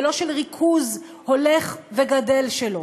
ולא של ריכוז הולך וגדל שלו.